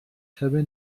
شبه